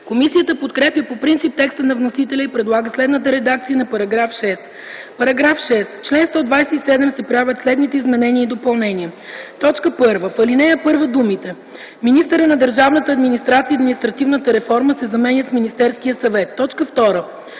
Комисията подкрепя по принцип текста на вносителя и предлага следната редакция на § 6: „§ 6. В чл. 127 се правят следните изменения и допълнения: 1. В ал. 1 думите „министъра на държавната администрация и административната реформа” се заменят с „Министерския съвет”. 2.